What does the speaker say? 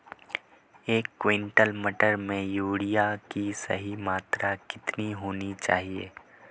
एक क्विंटल मटर में यूरिया की सही मात्रा कितनी होनी चाहिए?